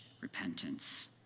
repentance